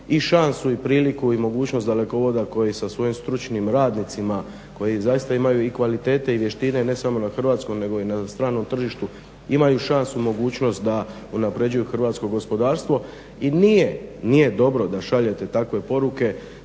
i šansu i priliku i mogućnost Dalekovoda koji sa svojim stručnim radnicima koji zaista imaju i kvalitete i vještine ne samo na hrvatskom, nego i na stranom tržištu, imaju šansu i mogućnost da unapređuju hrvatsko gospodarstvo i nije dobro da šaljete takve poruke